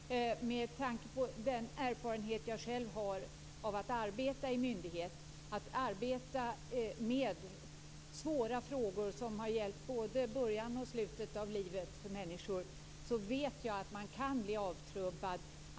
Herr talman! Med tanke på den erfarenhet jag själv har av att arbeta i myndighet, att arbeta med svåra frågor som har gällt både början och slutet av livet för människor, vet jag att man kan bli avtrubbad.